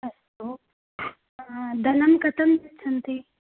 अस्तु धनं कथं यच्छन्ति